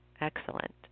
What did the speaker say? Excellent